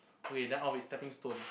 okay then I will be stepping stone